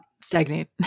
stagnate